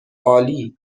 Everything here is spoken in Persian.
عالی